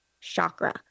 chakra